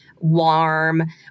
warm